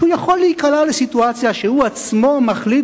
יכול להיקלע לסיטואציה שבה הוא מחליט